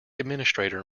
administrator